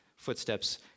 footsteps